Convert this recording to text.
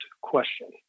question